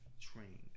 trained